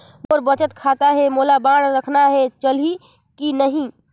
मोर बचत खाता है मोला बांड रखना है चलही की नहीं?